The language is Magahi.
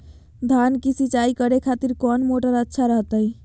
धान की सिंचाई करे खातिर कौन मोटर अच्छा रहतय?